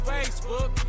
Facebook